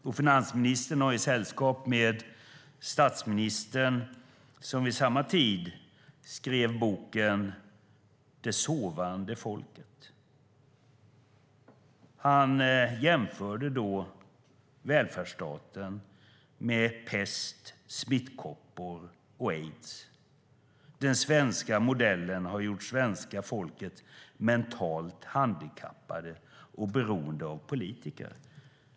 Och finansministern fick sällskap av statsministern, som vid samma tid skrev boken Det Sovande Folket . Han jämförde där välfärdsstaten med pest, smittkoppor och aids. Den svenska modellen har gjort svenska folket mentalt handikappade och beroende av politiker.